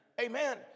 Amen